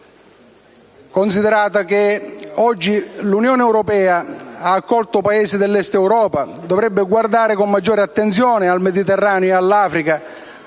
considerato che oggi l'Unione europea, che ha accolto i Paesi dell'Est Europa, dovrebbe guardare con maggiore attenzione al Mediterraneo e all'Africa